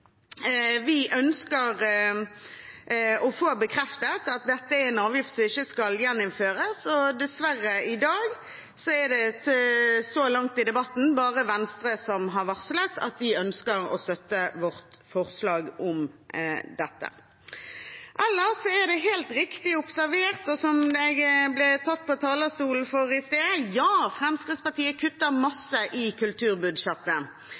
Vi ønsker å få bekreftet at dette er en avgift som ikke skal gjeninnføres, og dessverre er det så langt i debatten i dag bare Venstre som har varslet at de ønsker å støtte vårt forslag om dette. Ellers er det helt riktig observert, det som jeg ble tatt for på talerstolen i sted: Ja, Fremskrittspartiet kutter masse i kulturbudsjettet.